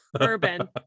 urban